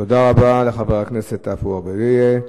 תודה רבה לחבר הכנסת עפו אגבאריה.